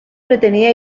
pretenia